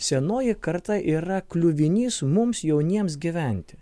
senoji karta yra kliuvinys mums jauniems gyventi